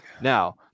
Now